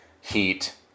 heat